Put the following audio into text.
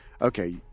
Okay